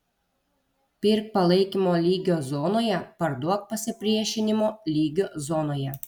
pirk palaikymo lygio zonoje parduok pasipriešinimo lygio zonoje